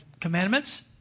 commandments